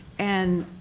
and